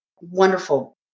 wonderful